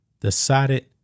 decided